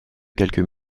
quelques